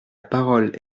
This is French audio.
parole